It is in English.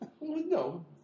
no